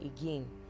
again